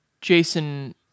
Jason